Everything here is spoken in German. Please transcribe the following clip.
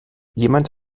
jemand